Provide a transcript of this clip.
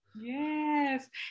Yes